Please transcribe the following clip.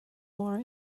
war